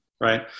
right